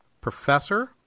professor